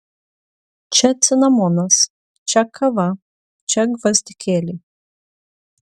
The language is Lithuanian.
čia cinamonas čia kava čia gvazdikėliai